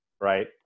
Right